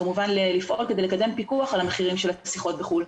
כמובן לפעול כדי לקדם פיקוח על המחירים של שיחות לחו"ל,